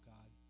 God